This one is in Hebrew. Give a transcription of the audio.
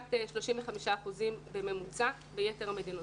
לעומת 35 אחוזים בממוצע ביתר המדינות.